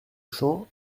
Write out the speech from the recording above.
champ